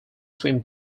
swim